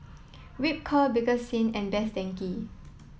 Ripcurl Bakerzin and Best Denki